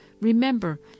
remember